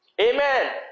Amen